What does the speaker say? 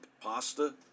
pasta